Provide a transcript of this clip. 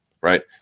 right